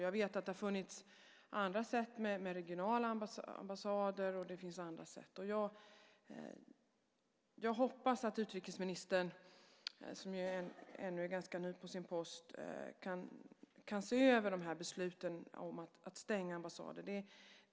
Jag vet att det har funnits andra sätt med regionala ambassader och annat. Jag hoppas att utrikesministern, som ännu är ganska ny på sin post, kan se över de här besluten om att stänga ambassaden.